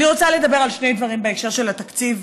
אני רוצה לדבר על שני דברים בהקשר של התקציב,